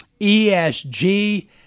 ESG